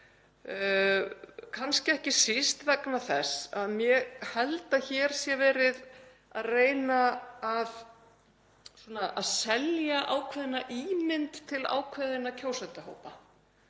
kannski ekki síst vegna þess að ég held að hér sé verið að reyna að selja ákveðna ímynd til ákveðinna kjósendahópa.